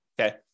okay